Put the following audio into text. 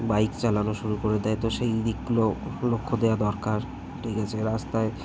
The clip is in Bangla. বাইক চালানো শুরু করে দেয় তো সেইদিকগুলো লক্ষ্য দেওয়া দরকার ঠিক আছে রাস্তায়